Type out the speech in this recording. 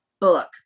book